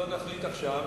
לא נחליט עכשיו.